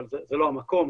זה לא המקום,